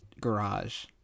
garage